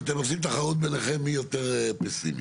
אתם עושים תחרות ביניכם מי יותר פסימי.